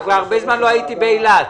הרבה זמן לא הייתי באילת.